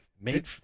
made